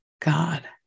God